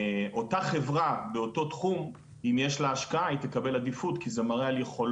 אם יש לה השקעה היא תקבל עדיפות כי זה מראה על יכולות חברה טובות יותר,